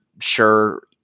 sure